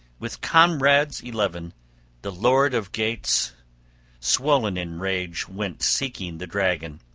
with comrades eleven the lord of geats swollen in rage went seeking the dragon.